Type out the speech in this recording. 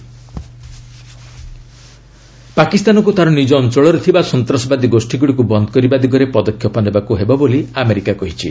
US Pak LeT ପାକିସ୍ତାନକୁ ତା'ର ନିଜ ଅଞ୍ଚଳରେ ଥିବା ସନ୍ତାସବାଦୀ ଗୋଷୀଗୁଡ଼ିକୁ ବନ୍ଦ କରିବା ଦିଗରେ ପଦକ୍ଷେପ ନେବାକୁ ହେବ ବୋଲି ଆମେରିକା କହିଛି